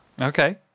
Okay